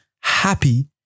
happy